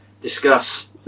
Discuss